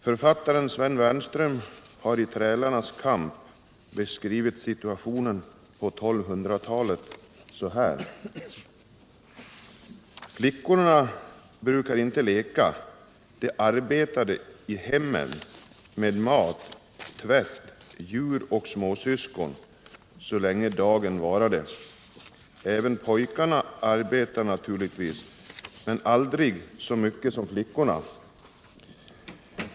Författaren Sven Wernström har i ”Trälarnas kamp” beskrivit situationen på 1200-talet så här: ”Flickorna brukade inte leka. De arbetade i hemmen med mat, tvätt, djur och småsyskon så länge dagen varade. Även pojkarna arbetade naturligtvis men aldrig så mycket som flickor.